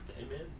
Amen